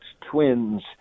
twins